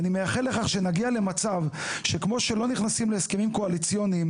ואני מייחל לכך שנגיע למצב שכמו שלא נכנסים להסכמים קואליציוניים